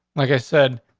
like i said,